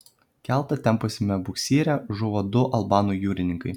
keltą tempusiame buksyre žuvo du albanų jūrininkai